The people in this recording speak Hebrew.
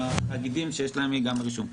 התאגידים שיש להם רישום,